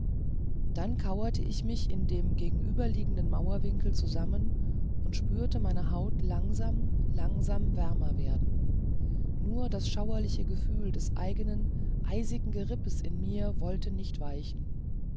dann kauerte ich mich in dem gegenüberliegenden mauerwinkel zusammen und spürte meine haut langsam langsam wärmer werden nur das schauerliche gefühl des eigenen eisigen gerippes in mir wollte nicht weichen